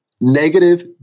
negative